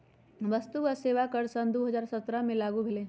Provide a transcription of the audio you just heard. वस्तु आ सेवा कर सन दू हज़ार सत्रह से लागू भेलई